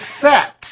set